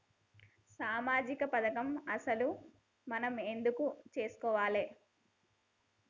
సామాజిక పథకం అసలు మనం ఎందుకు చేస్కోవాలే?